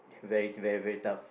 very very very tough